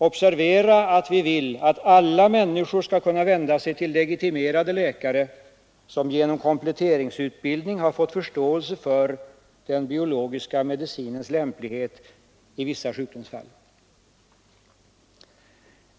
Observera att vi vill att alla människor skall kunna vända sig till legitimerade läkare, som genom kompletteringsutbildning har fått förståelse för den biologiska medicinens lämplighet vid vissa sjukdomsfall.